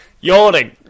Yawning